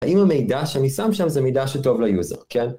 האם המידע שאני שם שם זה מידע שטוב ליוזר, כן?